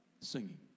singing